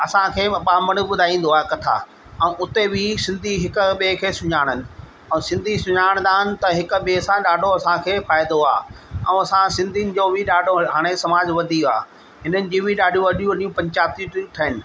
असांखे ॿांभणु ॿुधाईंदो आहे कथा ऐं उते बि सिंधी हिकु ॿिए खे सुञाणनि ऐं सिंधी सुञाणींदा आहिनि त हिकु ॿिए सां ॾाढो असांखे फ़ाइदो आहे ऐं असां सिंधियुनि जो बि ॾाढो हाणे समाजु वधी वियो आहे हिननि जी बि ॾाढी वॾियूं वॾियूं पंचाइतूं थी ठहनि